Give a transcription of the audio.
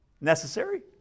Necessary